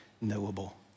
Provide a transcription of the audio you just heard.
knowable